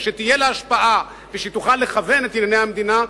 ושתהיה לה השפעה ושהיא תוכל לכוון את ענייני המדינה,